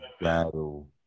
battle